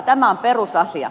tämä on perusasia